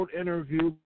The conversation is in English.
interview